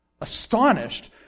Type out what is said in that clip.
astonished